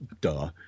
duh